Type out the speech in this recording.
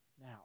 Now